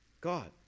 God